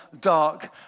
dark